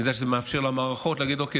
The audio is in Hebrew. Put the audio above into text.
אני יודע שזה מאפשר למערכות להגיד: אוקיי,